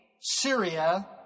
Syria